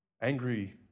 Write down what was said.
Angry